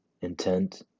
intent